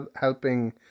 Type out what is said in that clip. helping